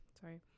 sorry